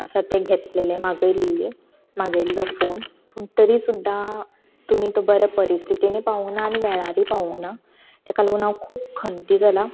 आसा तें घेतलेलें मागयल्ली मागयल्लो फोन पूण तरी सुद्दा तुमी तो बरे परिस्थितीनूय पावंक ना आनी वेळारूय पावंक ना ताका लागून हांव खूब खंती जालां